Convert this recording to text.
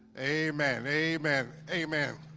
amen. amen. amen.